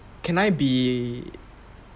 can I be